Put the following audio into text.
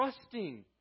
trusting